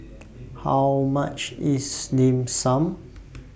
How much IS Dim Sum